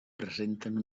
presenten